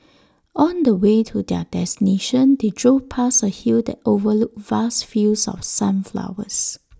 on the way to their destination they drove past A hill that overlooked vast fields of sunflowers